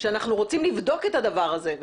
אנחנו רוצים לבדוק את הדבר הזה.